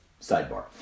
Sidebar